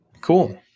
Cool